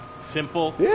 Simple